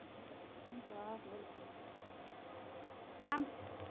हुन्छ हुन्छ वेलकम नाम